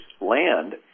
land